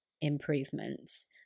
improvements